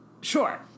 Sure